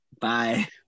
bye